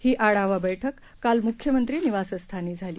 हीआढावाबैठककालमुख्यमंत्रीनिवासस्थानीझाली